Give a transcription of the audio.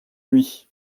nuit